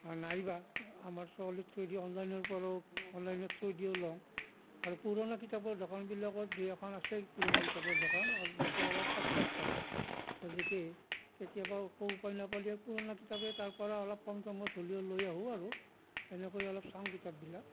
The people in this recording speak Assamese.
আৰু নাইবা আমাৰ ছোৱালীৰ থ্ৰইদি অনলাইনৰ পৰাও অনলাইনৰ থ্ৰইদিও লওঁ আৰু পুৰণা কিতাপৰ দোকানবিলাকত দুই এখন আছে পুৰণা দোকানৰ কিতাপ তাতে অলপ সস্তাত পায় গতিকে কেতিয়াবা একো উপায় নাপালেও পুৰণা কিতাপেও তাৰ পৰা অলপ কম দামত হ'লেও লৈ আহো আৰু এনেকৈ অলপ চাওঁ কিতাপবিলাক